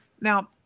Now